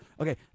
Okay